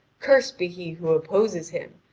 cursed be he who opposes him!